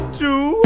two